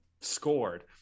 scored